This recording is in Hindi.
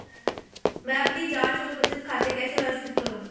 मैं अपनी जांच और बचत खाते कैसे व्यवस्थित करूँ?